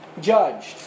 Judged